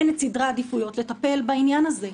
אין את סדרי העדיפויות לטפל בעניין הזה?